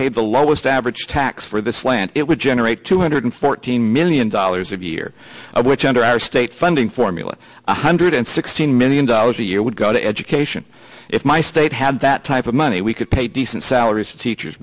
paid the lowest average tax for this land it would generate two hundred fourteen million dollars of year which under our state funding formula one hundred sixteen million dollars a year would go to education if my state had that type of money we could pay decent salaries teachers